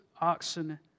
oxen